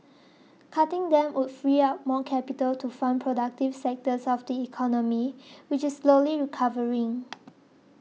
cutting them would free up more capital to fund productive sectors of the economy which is slowly recovering